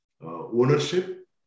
ownership